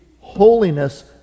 holiness